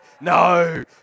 No